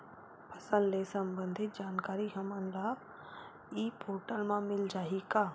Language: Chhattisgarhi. फसल ले सम्बंधित जानकारी हमन ल ई पोर्टल म मिल जाही का?